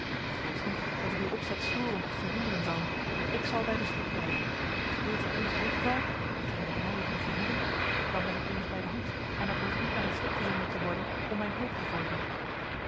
ben vrees niet dat ik uw opzet storen of verhinderen zal ik zal bij de sloep blijven gebeurt er eenig ongeval tgeen de heiligen verhoeden dan ben ik immers bij de hand en er behoeft niet naar het schip gezonden te worden om mijn hulp te vorderen